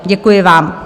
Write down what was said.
Děkuji vám.